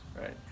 Right